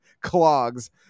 clogs